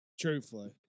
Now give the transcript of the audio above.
Truthfully